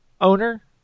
owner